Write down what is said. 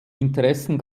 interessen